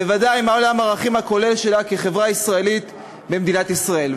בוודאי מה עולם הערכים הכולל שלה כחברה ישראלית במדינת ישראל.